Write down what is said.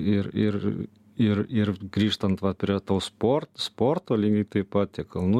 ir ir ir ir grįžtant va prie to sport sporto lygiai taip pat tie kalnų